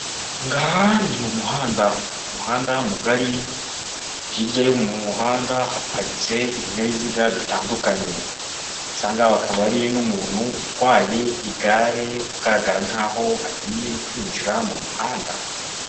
Aha ngaha ni mu muhanda, umuhanda mugari, hirya yo mu muhanda haparitse ibinyabiziga bitandukanye, ndetse aha ngaha hakaba hari n'umuntu utwaye igare, ugaragara nkaho agiye kwinjira mu muhanda.